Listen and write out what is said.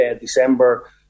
December